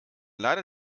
leider